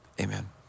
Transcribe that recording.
Amen